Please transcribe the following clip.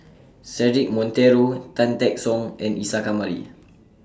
Cedric Monteiro Tan Teck Soon and Isa Kamari